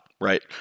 right